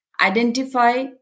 identify